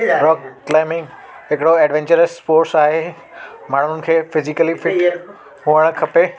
climbing हिकड़ो adventurous course आहे माण्हुनि खे फिज़िकली फिट हुअणु खपे